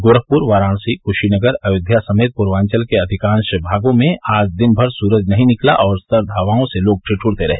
गोरखपुर वाराणसी कुशीनगर अयोध्या समेत पूर्वाचल के अधिकांश भागों में आज दिन भर सूरज नहीं निकला और सर्द हवाओं से लोग ठिद्रते रहे